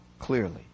clearly